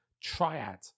triad